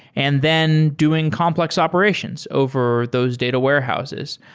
and then doing complex operations over those data warehouses.